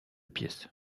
pièces